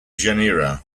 genera